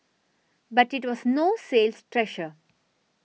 but it was no sales treasure